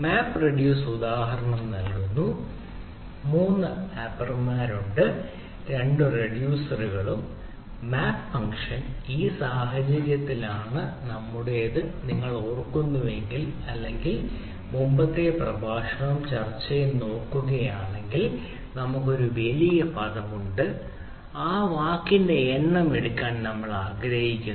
മാപ്പ് reduce ഉദാഹരണം നൽകുന്നു 3 മാപ്പർമാരുണ്ട് 2 റിഡ്യൂസറുകളും മാപ്പ് ഫംഗ്ഷൻ ഈ സാഹചര്യത്തിലാണ് നമ്മുടേത് നിങ്ങൾ ഓർക്കുന്നുവെങ്കിൽ അല്ലെങ്കിൽ നമ്മളുടെ മുമ്പത്തെ പ്രഭാഷണവും ചർച്ചയും നോക്കുകയാണെങ്കിൽ ഒരു വലിയ പദമുണ്ട് ഒപ്പം വാക്കിന്റെ എണ്ണം എടുക്കാൻ നമ്മൾ ആഗ്രഹിക്കുന്നു